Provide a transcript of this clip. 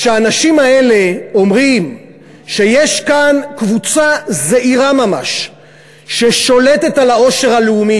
כשהאנשים האלה אומרים שיש כאן קבוצה זעירה ממש ששולטת על העושר הלאומי,